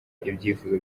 ibyifuzo